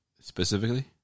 specifically